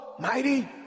mighty